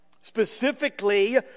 Specifically